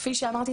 כפי שאמרתי,